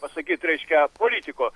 pasakyt reiškia politiko